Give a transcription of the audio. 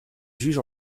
juge